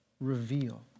Reveal